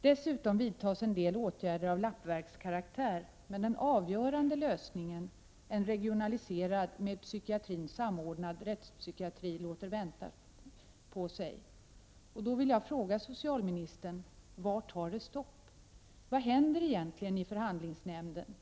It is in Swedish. Dessutom vidtas en del åtgärder av lappverkskaraktär. Men den avgörande lösningen, en regionaliserad med psykiatrin samordnad rättspsykiatri, låter vänta på sig. Jag vill fråga socialministern: Var tar det stopp? Vad händer egentligen i förhandlingsnämnden?